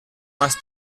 más